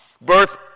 Birth